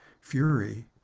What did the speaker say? fury